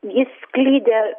jis sklidė